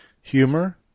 humor